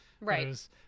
right